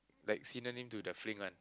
like synonym to the fling one